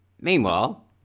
Meanwhile